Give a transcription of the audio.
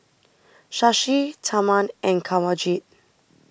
Shashi Tharman and Kanwaljit